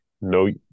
No